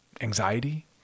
anxiety